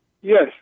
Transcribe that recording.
Yes